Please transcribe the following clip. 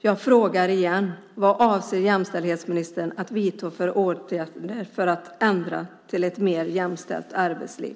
Jag frågar igen: Vad avser jämställdhetsministern att vidta för åtgärder för att vi ska få ett mer jämställt arbetsliv?